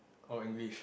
or English